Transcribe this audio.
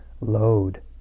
load